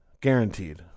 guaranteed